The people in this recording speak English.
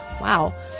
Wow